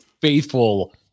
faithful